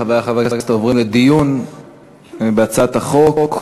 חברי חברי הכנסת, אנחנו עוברים לדיון בהצעת החוק.